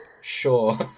Sure